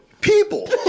people